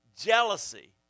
jealousy